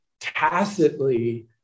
tacitly